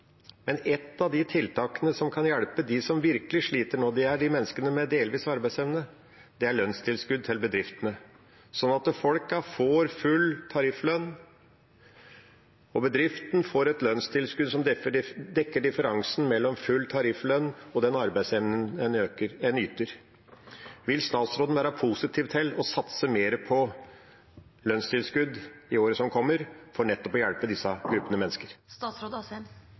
men ett av de tiltakene som kan hjelpe dem som virkelig sliter nå, menneskene med delvis arbeidsevne, er lønnstilskudd til bedriftene, slik at folk kan få full tarifflønn. Bedriften får et lønnstilskudd som dekker differansen mellom full tarifflønn og den arbeidsevnen en yter. Vil statsråden være positiv til å satse mer på lønnstilskudd i året som kommer for nettopp å hjelpe disse